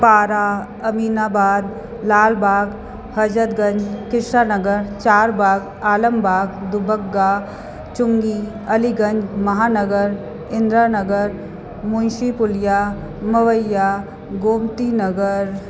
पारां अमीनाबाद लालबाग हजरत गंज कृष्ना नगर चारबाग आलमबाग दुबग्गा चुंगी अलीगंज महानगर इंद्रा नगर मुंशी पुलिया मवैया गोमती नगर